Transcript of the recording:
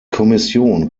kommission